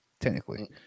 technically